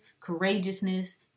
courageousness